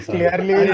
Clearly